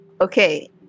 Okay